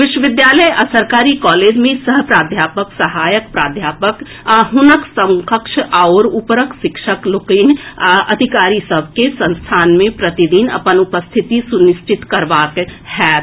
विश्वविद्यालय आ सरकारी कॉलेज मे सह प्राध्यापक सहायक प्राध्यापक आ हुनक समकक्ष आओर ऊपरक शिक्षक लोकनि आ अधिकारी सभ के संस्थान मे प्रतिदिन अपन उपस्थिति सुनिश्चित करबाक होएत